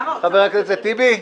חבר הכנסת טיבי.